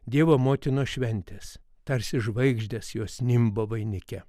dievo motinos šventės tarsi žvaigždės jos nimbą vainike